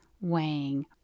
weighing